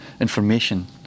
information